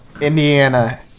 Indiana